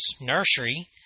nursery